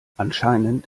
anscheinend